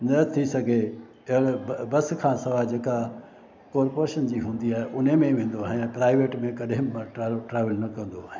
न थी सघे थियलु ब बसि खां सवाइ जेका कॉरपोशन जी हूंदी आहे उन में वेंदो आहियां प्राइवेट में कॾहिं मां ट्रेवल ट्रेवल न कंदो आहियां